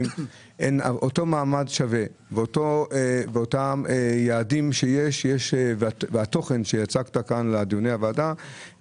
יש מעמד שווה ויעדים שווים והתוכן שיצקת כאן בדיוני הוועדה,